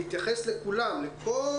אני מבקש התייחסות לכל ה-250,000.